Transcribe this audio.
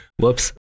Whoops